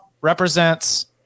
represents